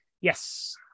Yes